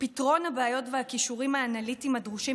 לפתרון בעיות ואת הכישורים האנליטיים הדרושים